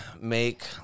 make